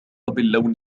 باللون